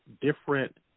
different